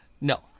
No